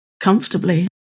comfortably